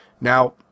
Now